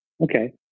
Okay